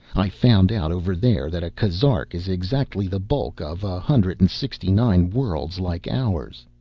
i found out, over there, that a kazark is exactly the bulk of a hundred and sixty-nine worlds like ours!